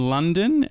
London